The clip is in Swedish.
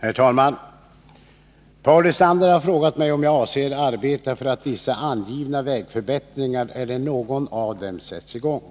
Herr talman! Paul Lestander har frågat mig om jag avser att arbeta för att vissa angivna vägförbättringar eller någon av dem sätts i gång.